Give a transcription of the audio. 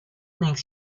makes